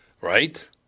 Right